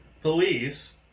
Police